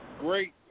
great